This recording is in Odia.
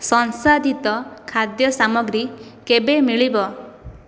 ସଂଶାଧିତ ଖାଦ୍ୟ ସାମଗ୍ରୀ କେବେ ମିଳିବ